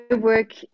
work